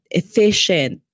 efficient